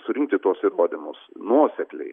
surinkti tuos įrodymus nuosekliai